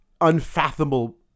unfathomable